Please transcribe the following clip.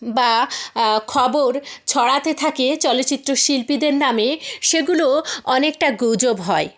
বা খবর ছড়াতে থাকে চলচ্চিত্র শিল্পীদের নামে সেগুলো অনেকটা গুজব হয়